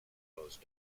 closed